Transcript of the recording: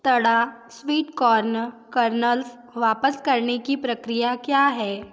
तड़ा sweet corn kernels वापस करने की प्रक्रिया क्या है